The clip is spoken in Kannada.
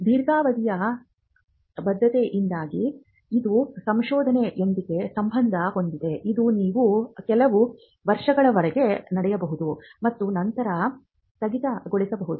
ದೀರ್ಘಾವಧಿಯ ಬದ್ಧತೆಯಿಂದಾಗಿ ಇದು ಸಂಶೋಧನೆಯೊಂದಿಗೆ ಸಂಬಂಧ ಹೊಂದಿದೆ ಇದು ನೀವು ಕೆಲವು ವರ್ಷಗಳವರೆಗೆ ನಡೆಯಬಹುದು ಮತ್ತು ನಂತರ ಸ್ಥಗಿತಗೊಳಿಸಬಹುದು